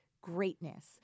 greatness